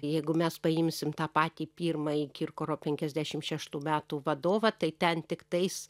jeigu mes paimsim tą patį pirmąjį kirkoro penkiasdešim šeštų metų vadovą tai ten tiktais